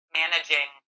managing